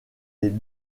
les